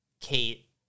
Kate